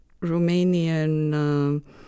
Romanian